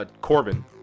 Corbin